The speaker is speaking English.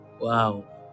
Wow